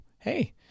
hey